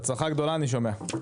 בהצלחה גדולה אני שומע.